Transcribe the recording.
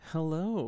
Hello